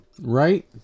Right